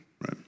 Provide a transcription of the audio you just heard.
right